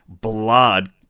blood